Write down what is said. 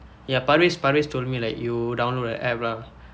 ya parves parves told me like you download a app lah